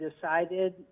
decided